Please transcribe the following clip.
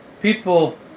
people